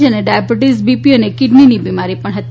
જેને diabetes BP અને કીડનીની પણ બીમારી હતી